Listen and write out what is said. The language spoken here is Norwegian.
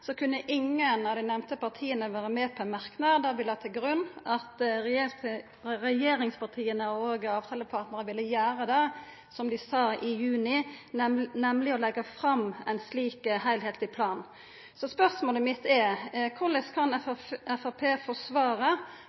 kunne ingen av dei nemnde partia vera med på ein merknad der vi la til grunn at regjeringspartia og avtalepartnarane ville gjera det som dei sa i juni, nemleg å leggja fram ein slik heilskapleg plan. Spørsmålet mitt er: Korleis kan Framstegspartiet forsvara